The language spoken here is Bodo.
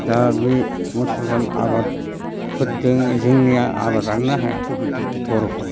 दा बे मुसलामाना आबादफोरदों जोंनिया आबादानो हाया बर'फोरा